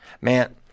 Man